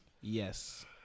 yes